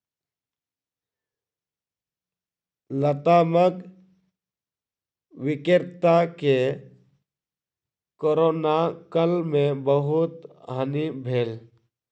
लतामक विक्रेता के कोरोना काल में बहुत हानि भेल